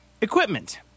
Equipment